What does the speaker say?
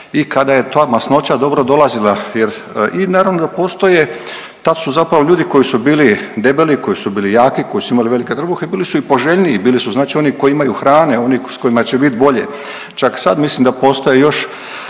i kada je ta masnoća dobro dolazila jer i naravno da postoje, tad su zapravo ljudi koji su bili debeli, koji su bili jaki, koji su imali velike trbuhe bili su i poželjniji, bili su znači oni koji imaju hrane, oni s kojima će biti bolje. Čak sad mislim da postoje još